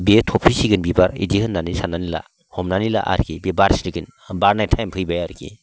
बेयो थफिसिगोन बिबार बिदि होननानै साननानै ला हमनानै ला आरोकि बे बारस्रिगोन बारनाय टाइम फैबाय आरोकि